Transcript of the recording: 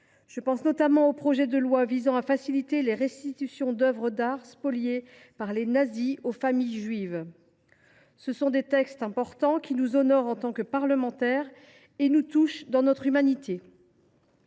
Je pense, notamment, au projet de loi visant à faciliter les restitutions d’œuvres d’art spoliées par les nazis aux familles juives. Ce sont des textes importants, qui nous honorent en tant que parlementaires et nous touchent dans notre humanité.